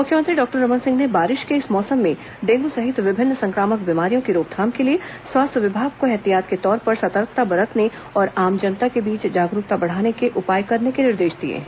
मुख्यमंत्री डॉक्टर रमन सिंह ने बारिश के इस मौसम में डेंगू सहित विभिन्न संक्रामक बीमारियों की रोकथाम के लिए स्वास्थ्य विभाग को ऐहतियात के तौर पर सतर्कता बरतने और आम जनता के बीच जागरूकता बढ़ाने के उपाए करने के निर्देश दिए हैं